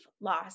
loss